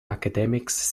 academics